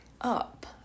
up